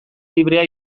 librea